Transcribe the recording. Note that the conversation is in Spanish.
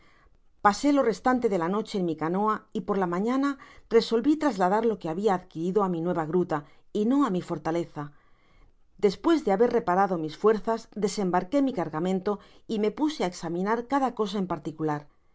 pasé lo restante de la noche en mi canoa y por la mañana resolví trasladar lo que habia adquirido á mi nueva gruta y no á mi fortaleza despues de haber reparado mis fuerzas desembarqué mi cargamento y me puse á examinar cada cosa en particular